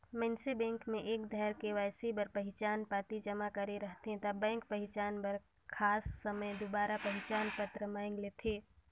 मइनसे बेंक में एक धाएर के.वाई.सी बर पहिचान पाती जमा करे रहथे ता बेंक पहिचान बर खास समें दुबारा पहिचान पत्र मांएग लेथे